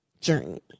journey